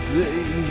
day